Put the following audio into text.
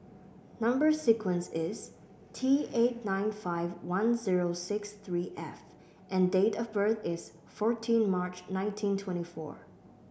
number sequence is T eight nine five one zero six three F and date of birth is fourteen March nineteen twenty four